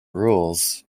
rules